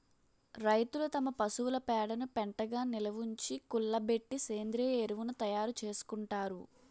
రైతులు తమ పశువుల పేడను పెంటగా నిలవుంచి, కుళ్ళబెట్టి సేంద్రీయ ఎరువును తయారు చేసుకుంటారు